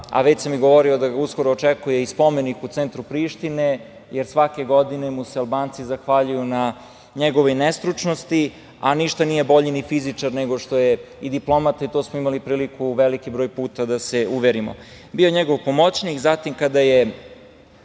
Već sam i govorio da ga uskoro očekuje i spomenik u centru Prištine, jer svake godine mu se Albanci zahvaljuju na njegovoj nestručnosti. Ništa nije bolji ni fizičar nego što je i diplomata, to smo imali priliku veliki broj puta da se uverimo. Bio je njegov pomoćnik. Zatim, kada je,